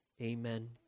Amen